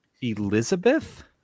Elizabeth